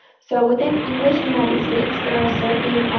so within english united states, there are certain